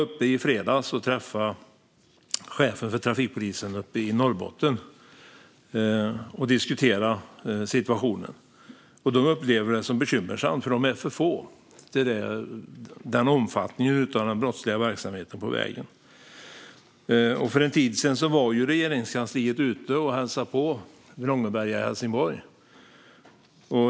I fredags träffade jag chefen för trafikpolisen uppe i Norrbotten och diskuterade situationen. De upplever den som bekymmersam, för de är för få i förhållande till omfattningen av den brottsliga verksamheten ute på vägarna. För en tid sedan var Regeringskansliet och hälsade på vid Långeberga i Helsingborg.